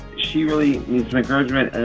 she really needs some encouragement,